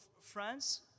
France